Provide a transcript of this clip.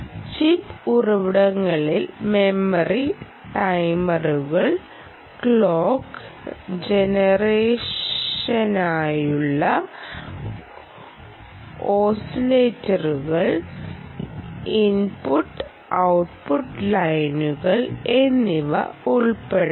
chip ഉറവിടങ്ങളിൽ memory ടൈമറുകൾ clock ജനറേഷനായുള്ള ഓസിലേറ്ററുകൾ ഇൻപുട്ട് ഔട്ട്പുട്ട് ലൈനുകൾ എന്നിവ ഉൾപ്പെടാം